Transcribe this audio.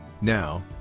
now